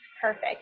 Perfect